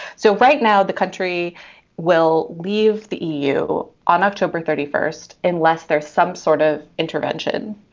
so right now the country will leave the eu on october thirty first unless there's some sort of intervention